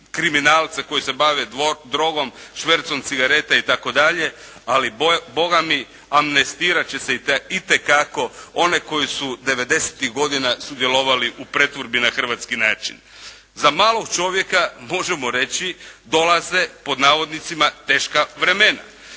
kriminalca koji se bave drogom, švercom cigareta itd. ali amnestirat će se itekako one koji su devedesetih godina sudjelovali u pretvorbi na hrvatski način. Za malog čovjeka možemo reći dolaze "teška vremena".